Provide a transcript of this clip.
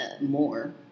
more